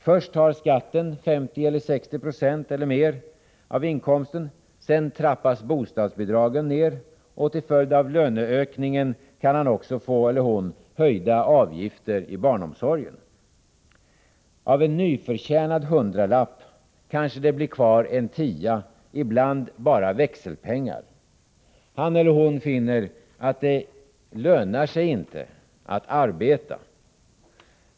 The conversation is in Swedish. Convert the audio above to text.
Först tar skatten 50 20, 60 9o eller mer av inkomsten, sedan trappas bostadsbidragen ner, och till följd av löneökningen kan han eller hon också få höjda avgifter till barnomsorgen. Av en nyförtjänad hundralapp kanske det blir kvar en tia, ibland bara växelpengar! Han eller hon finner att det inte lönar sig att arbeta.